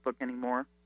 anymore